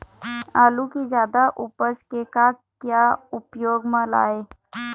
आलू कि जादा उपज के का क्या उपयोग म लाए?